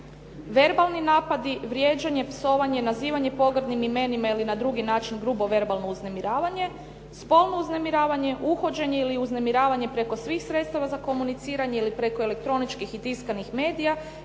verbalni napadi, vrijeđanje, psovanje, nazivanje pogrdnim imenima ili na drugi način grubo verbalno uznemiravanje, spolno uznemiravanje, uhođenje ili uznemiravanje preko svih sredstava za komuniciranje ili preko elektroničkih i tiskanih medija